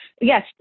Yes